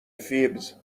فیبز